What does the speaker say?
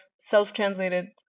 self-translated